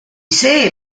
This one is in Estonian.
see